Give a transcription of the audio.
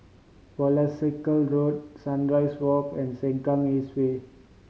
Wolskel Road Sunrise Walk and Sengkang East Way